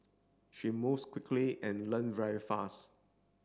she moves quickly and learn very fast